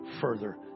further